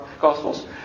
Gospels